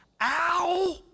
Ow